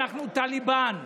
אנחנו טליבאן.